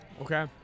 okay